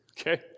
okay